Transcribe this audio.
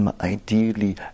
ideally